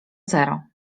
zero